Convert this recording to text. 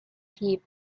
heap